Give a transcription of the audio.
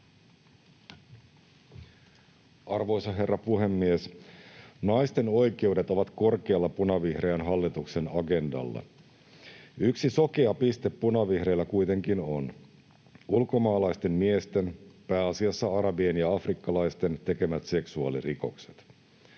Arvoisa herra puhemies! Naisten oikeudet ovat korkealla punavihreän hallituksen agendalla. Yksi sokea piste punavihreillä kuitenkin on: ulkomaalaisten miesten, pääasiassa arabien ja afrikkalaisten, tekemät seksuaalirikokset.